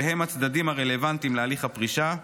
שהם הצדדים הרלוונטיים להליך הפרישה.